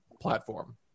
platform